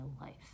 life